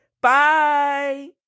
Bye